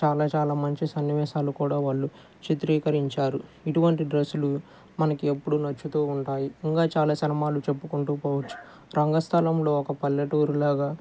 చాలా చాలా మంచి సన్నివేసాలు కూడా వాళ్ళు చిత్రీకరించారు ఇటువంటి డ్రస్సులు మనకి ఎప్పుడు నచ్చుతూ ఉంటాయి ఇంకా చాలా సినిమాలు చెప్పుకుంటూ పోవచ్చు రంగస్థలంలో ఒక పల్లెటూరులాగ